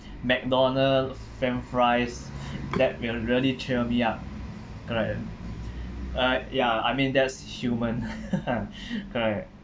mcdonald's french fries that will really cheer me up correct uh ya I mean that's human correct